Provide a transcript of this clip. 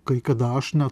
kai kada aš na